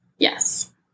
yes